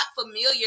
familiar